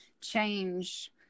change